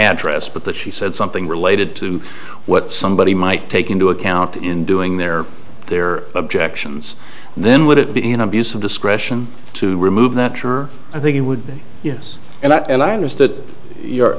address but that she said something related to what somebody might take into account in doing their their objections then would it be an abuse of discretion to remove that sure i think it would be yes and that and i understood your